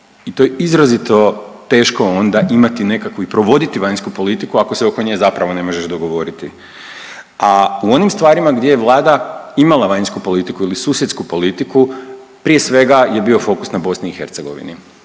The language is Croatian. I to je izrazito teško onda imati nekakvu i provoditi vanjsku politiku ako se oko nje zapravo ne možeš dogovoriti. A u onim stvarima gdje je vlada imala vanjsku politiku ili susjedsku politiku prije svega je bio fokus na BiH. Ogromna